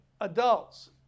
adults